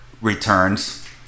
returns